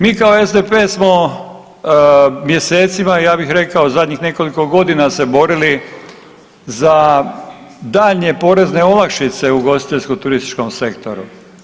Mi kao SDP smo mjesecima ja bih rekao zadnjih nekoliko godina se borili za daljnje porezne olakšice u ugostiteljsko turističkom sektoru.